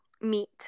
meet